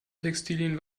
textilien